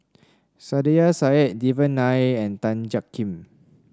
Saiedah Said Devan Nair and Tan Jiak Kim